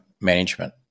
management